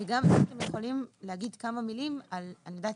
אם אתם יכולים לומר גם כמה מילים אני יודעת